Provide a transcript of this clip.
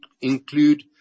include